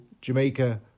Jamaica